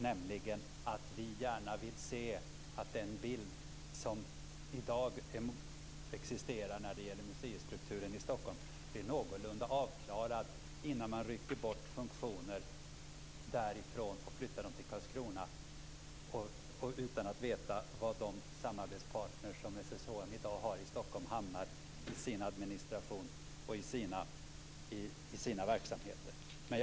Vi vill gärna se att den bild som i dag existerar när det gäller museistrukturen i Stockholm blir någorlunda avklarad innan man rycker bort funktioner därifrån och flyttar dem till Karlskrona utan att veta vad de samarbetspartner som SSHM i dag har i Stockholm hamnar i sin administration och i sina verksamheter.